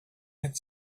had